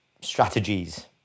strategies